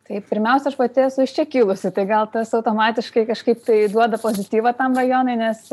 tai pirmiausia aš pati esu iš čia kilusi tai gal tas automatiškai kažkaip tai duoda pozityvą tam rajonui nes